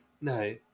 No